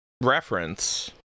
reference